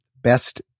best